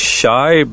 shy